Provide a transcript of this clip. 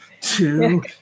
two